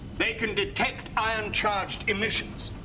they can detect ion-charged emissions,